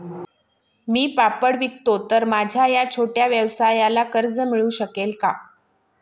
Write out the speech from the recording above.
मी पापड विकतो तर माझ्या या छोट्या व्यवसायाला कर्ज मिळू शकेल का?